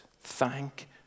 Thank